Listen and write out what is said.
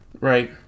Right